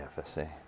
FSA